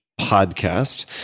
podcast